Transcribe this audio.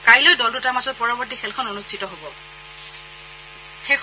কাইলৈ দল দুটাৰ মাজত পৰৱৰ্তী খেলখন অনুষ্ঠিত হ'ব